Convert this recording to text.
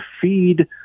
feed